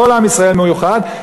כל עם ישראל מאוחד,